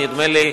נדמה לי,